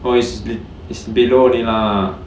oh is is below only lah